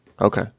Okay